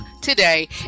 today